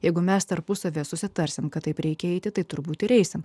jeigu mes tarpusavyje susitarsime kad taip reikia eiti tai turbūt turėsime